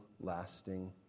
lasting